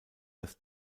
das